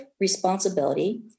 responsibility